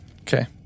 Okay